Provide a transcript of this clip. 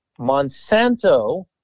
Monsanto